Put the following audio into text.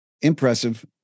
impressive